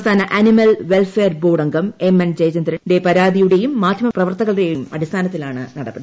സംസ്ഥാന animal welfare board അംഗം M N ജയചന്ദ്രന്റെ പരാതിയുടെയും മാധ്യമ വാർത്തകളുടെയും അടിസ്ഥാനത്തിലാണ് നടപടി